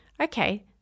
Okay